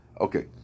Okay